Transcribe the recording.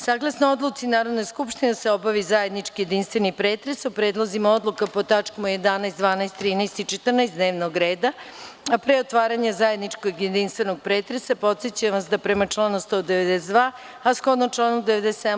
Saglasno odluci Narodne skupštine da se obavi zajednički jedinstveni pretres o predlozima odluka pod tačkama 11, 12, 13. i 14. dnevnog reda, a pre otvaranja zajedničkog jedinstvenog pretresa, podsećam vas da prema članu 192. a shodno članu 97.